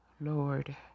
Lord